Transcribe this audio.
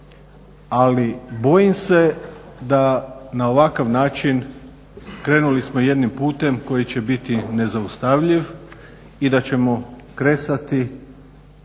Ali bojim se da na ovakav način krenuli smo jednim putem koji će biti nezaustavljiv i da ćemo kresati